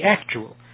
actual